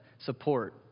support